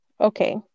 Okay